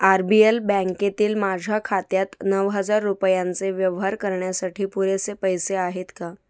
R B L बँकेतील माझ्या खात्यात नऊ हजार रुपयांचे व्यवहार करण्यासाठी पुरेसे पैसे आहेत का